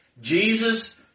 Jesus